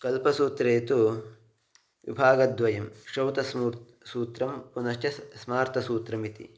कल्पसूत्रे तु विभागद्वयं श्रोतसूत्रं सूत्रं पुनश्च सह स्मार्थसूत्रमिति